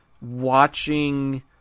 watching